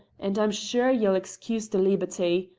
and i'm shair ye'll excuse the leeberty.